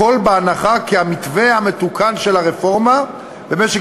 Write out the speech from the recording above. הכול בהנחה כי המתווה המתוקן של הרפורמה במשק